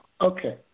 Okay